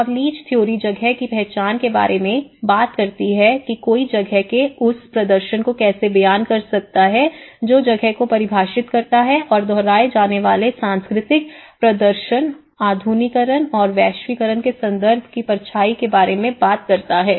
और Leach theory जगह की पहचान के बारे में बात करती है कि कोई जगह के उस प्रदर्शन को कैसे बयान कर सकता है जो जगह को परिभाषित करता है और दोहराए जाने वाले संस्कृति प्रदर्शन आधुनिकीकरण और वैश्वीकरण के संदर्भ की परछाई के बारे में बात करते हैं